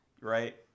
Right